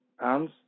pounds